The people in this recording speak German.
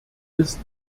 ist